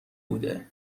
بوده